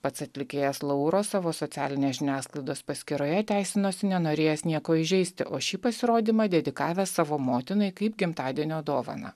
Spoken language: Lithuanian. pats atlikėjas lauro savo socialinės žiniasklaidos paskyroje teisinosi nenorėjęs nieko įžeisti o šį pasirodymą dedikavęs savo motinai kaip gimtadienio dovaną